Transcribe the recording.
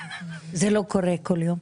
זה לא קורה כל יום.